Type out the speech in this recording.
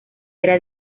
era